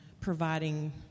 providing